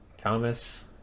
Thomas